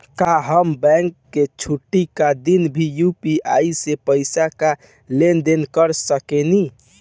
का हम बैंक के छुट्टी का दिन भी यू.पी.आई से पैसे का लेनदेन कर सकीले?